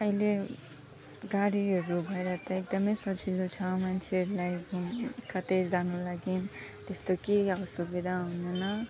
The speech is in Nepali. अहिले गाडीहरू भएर त एकदमै सजिलो छ मान्छेहरूलाई घुम्नु कतै जानु लागि त्यस्तो केही असुविधा हुँदैन